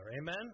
Amen